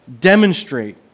demonstrate